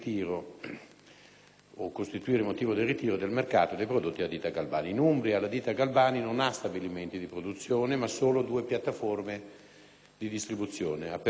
In Umbria, la ditta Galbani non ha stabilimenti di produzione, ma solo due piattaforme di distribuzione,